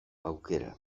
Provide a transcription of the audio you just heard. aukera